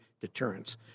deterrence